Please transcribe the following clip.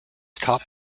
top